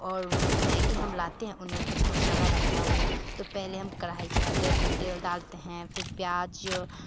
और मैगी हम लाते हैं उनमें कुछ मसाला रहता है वो तो पहले हम कढ़ाई चढ़ाते हैं फिर तेल डालते हैं फिर प्याज